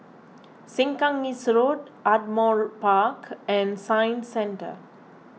Sengkang East Road Ardmore Park and Science Centre